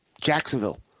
Jacksonville